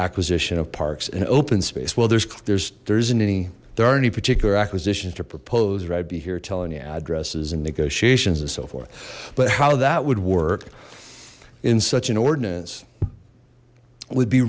acquisition of parks and open space well there's there's there's an any there aren't any particular acquisitions to propose or i'd be here telling the addresses and negotiations and so forth but how that would work in such an ordinance would be